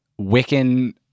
Wiccan